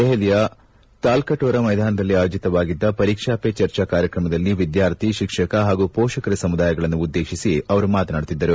ದೆಹಲಿಯ ತಾಲ್ಕಾಟೋರಾ ಮೈದಾನದಲ್ಲಿ ಆಯೋಜಿತವಾಗಿದ್ದ ಪರೀಕ್ಷಾ ಪೆ ಚರ್ಚಾ ಕಾರ್ಕಕಮದಲ್ಲಿ ವಿದ್ಯಾರ್ಥಿ ಶಿಕ್ಷಕ ಹಾಗೂ ಪೋಷಕರ ಸಮುದಾಯಗಳನ್ನು ಉದ್ದೇಶಿಸಿ ಅವರು ಮಾತನಾಡುತ್ತಿದ್ದರು